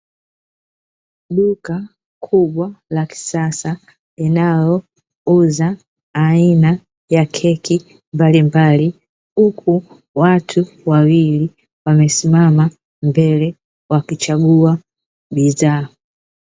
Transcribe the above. Duka kubwa la kisasa, linalouza aina ya keki mbalimbali, huku watu wawili wamesimama mbele wakichagua bidhaa.